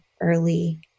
early